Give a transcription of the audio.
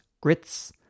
grits